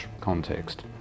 context